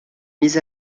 mis